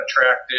attractive